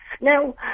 Now